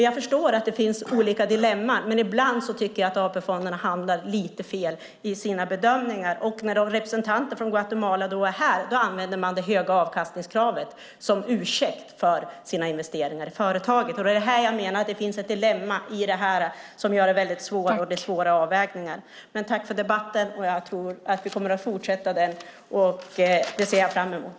Jag förstår att det finns olika dilemman, men ibland tycker jag att AP-fonderna hamnar lite fel i sina bedömningar. Och när representanter från Guatemala är här använder man det höga avkastningskravet som ursäkt för sina investeringar i företaget. Jag menar att det finns ett dilemma i det här som gör det väldigt svårt, och det är svåra avvägningar. Men tack för debatten! Jag tror att vi kommer att fortsätta den, och det ser jag fram emot.